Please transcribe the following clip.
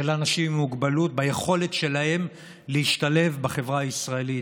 אנשים עם מוגבלות ביכולת שלהם להשתלב בחברה הישראלית.